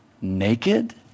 naked